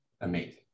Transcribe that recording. amazing